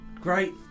Great